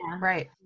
right